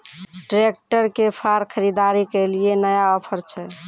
Tractor के फार खरीदारी के लिए नया ऑफर छ?